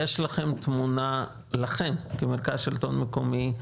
יש לכם, כמרכז לשלטון מקומי,